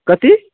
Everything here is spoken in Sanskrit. कति